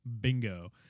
bingo